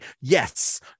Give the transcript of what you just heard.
yes